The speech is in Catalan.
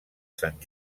sant